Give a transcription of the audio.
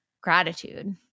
gratitude